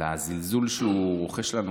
הזלזול שהוא רוחש אלינו,